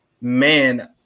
Man